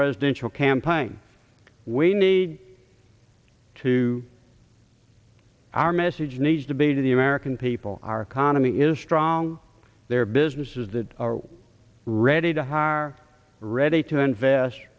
presidential campaign we need to our message needs to be to the american people are khana me is strong there are businesses that are ready to hire ready to invest